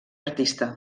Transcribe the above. artista